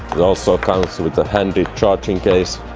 it also comes with a handy charging case